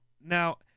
Now